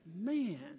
Man